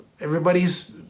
Everybody's